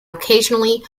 occasionally